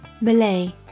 Malay